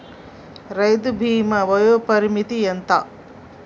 రైతు బీమా వయోపరిమితి ఎంత?